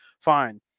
fine